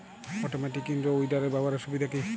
Automatic in row উইডারের ব্যবহারের সুবিধা কি?